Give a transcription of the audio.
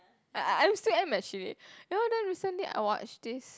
I I I'm still am actually you know then recently I watch this